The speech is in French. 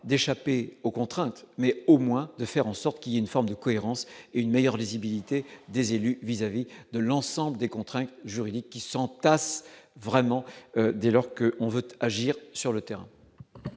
d'échapper aux contraintes mais au moins de faire en sorte qu'il y a une forme de cohérence et une meilleure lisibilité des élus vis-à-vis de l'ensemble des contraintes juridiques qui s'entassent vraiment dès lors que on vote agir sur le terrain.